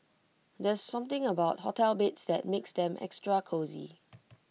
there's something about hotel beds that makes them extra cosy